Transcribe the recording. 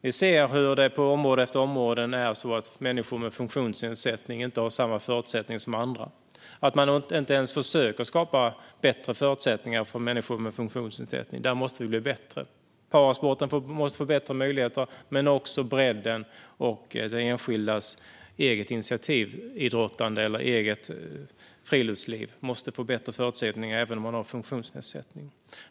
Vi ser på område efter område hur människor med funktionsnedsättning inte har samma förutsättningar som andra, att man inte ens försöker skapa bättre förutsättningar för människor med funktionsnedsättning. Där måste vi bli bättre. Parasporten måste få bättre möjligheter, men också bredden och den enskildes eget-initiativ-idrottande eller eget friluftsliv måste få bättre förutsättningar även om man har funktionsnedsättning.